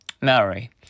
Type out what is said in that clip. Mary